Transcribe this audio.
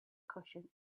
cushion